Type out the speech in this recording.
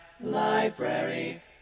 Library